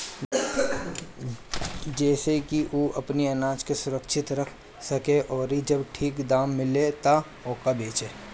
जेसे की उ अपनी आनाज के सुरक्षित रख सके अउरी जब ठीक दाम मिले तब ओके बेचे